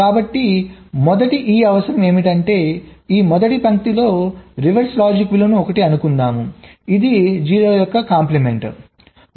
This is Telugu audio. కాబట్టి మొదటి ఇ అవసరం ఏమిటంటే ఈ మొదటి పంక్తిలో రివర్స్ లాజిక్ విలువను 1 అనుకుందాము ఇది 0 యొక్క కాంప్లిమెంట్0